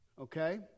Okay